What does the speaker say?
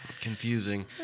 confusing